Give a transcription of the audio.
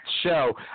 show